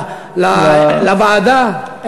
לוועדה,